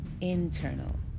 internal